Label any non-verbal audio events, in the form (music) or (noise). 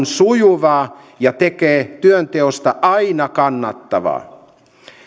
(unintelligible) sujuvaa ja tekee työnteosta aina kannattavaa